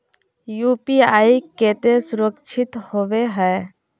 UPI केते सुरक्षित होबे है?